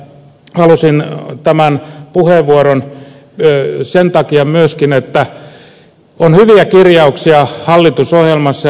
halusin tämän puheenvuoron sen takia myöskin että on hyviäkin kirjauksia hallitusohjelmassa